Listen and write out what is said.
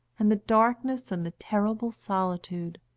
and the darkness and the terrible solitude.